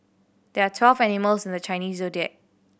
there are twelve animals in the Chinese Zodiac